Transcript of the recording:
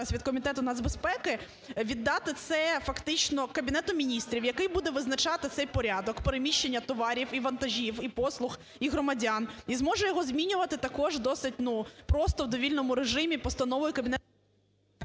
віддати це фактично Кабінету Міністрів, який буде визначати цей порядок переміщення товарів, і вантажів, і послуг, і громадян, і зможе його змінювати також досить, ну, просто, в довільному режимі постановою… ГОЛОВУЮЧИЙ.